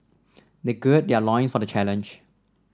they gird their loins for the challenge